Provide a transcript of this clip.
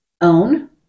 own